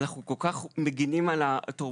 אנחנו כל כך מגינים על התורמים,